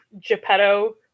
Geppetto